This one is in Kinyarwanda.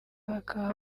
bakaba